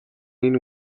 энэ